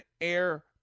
air